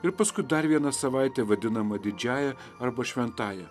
ir paskui dar viena savaitė vadinama didžiąja arba šventąja